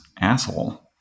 asshole